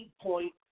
point